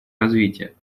развития